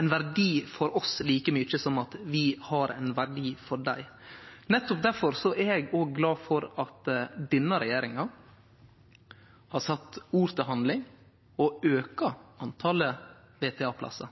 ein verdi for oss like mykje som at vi har ein verdi for dei. Nettopp derfor er eg òg glad for at denne regjeringa har gjort ord til handling og auka antalet